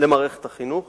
למערכת החינוך